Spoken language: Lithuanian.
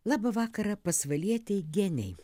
labą vakarą pasvalietei genei